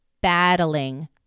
battling